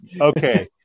Okay